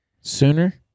sooner